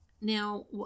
Now